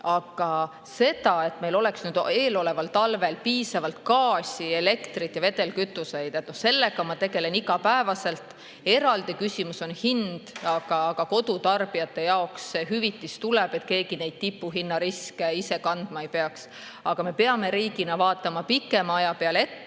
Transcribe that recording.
Aga sellega, et meil oleks nüüd eeloleval talvel piisavalt gaasi, elektrit ja vedelkütust, ma tegelen iga päev. Eraldi küsimus on hind. Kodutarbijate jaoks see hüvitis tuleb, et keegi neid tipuhinnariske ise kandma ei peaks. Aga me peame riigina vaatama pikema aja peale ette.